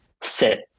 sit